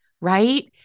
right